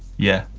yeah,